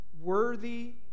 worthy